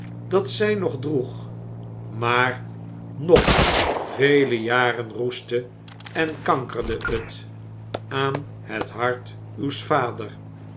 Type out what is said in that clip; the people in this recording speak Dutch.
dat zij nog droeg maar nog vele jaren roestte en kankerde het aan het hart uws vaders